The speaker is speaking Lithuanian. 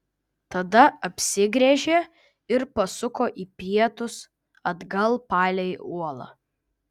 tada apsigręžė ir pasuko į pietus atgal palei uolą